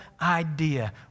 idea